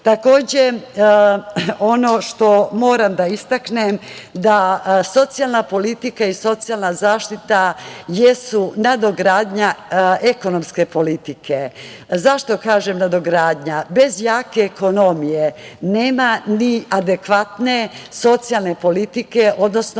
takođe i u Narodnoj banci Srbije. Socijalna politika i socijalna zaštita jesu nadogradnja ekonomske politike. Zašto kažem nadogradnja? Bez jake ekonomije nema ni adekvatne socijalne politike odnosno